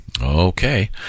Okay